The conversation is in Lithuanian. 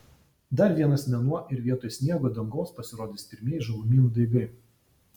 dar vienas mėnuo ir vietoj sniego dangos pasirodys pirmieji žalumynų daigai